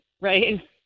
right